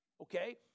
okay